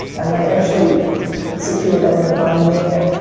and they actually secured that in the bone there,